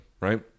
Right